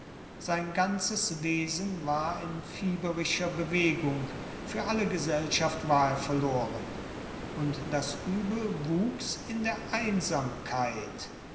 sein ganzes wesen war in fieberischer bewegung für alle gesellschaft war er verloren und das übel wuchs in der einsamkeit